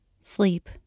Sleep